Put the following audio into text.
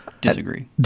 Disagree